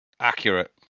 Accurate